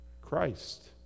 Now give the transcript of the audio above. Christ